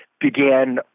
began